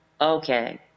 okay